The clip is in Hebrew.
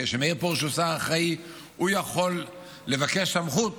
כשמאיר פרוש הוא השר האחראי הוא יכול לבקש סמכות